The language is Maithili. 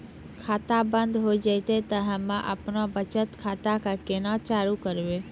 खाता बंद हो जैतै तऽ हम्मे आपनौ बचत खाता कऽ केना चालू करवै?